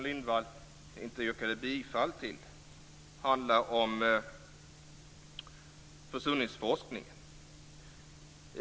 Lindvall inte yrkade bifall till, handlar om försurningsforskningen.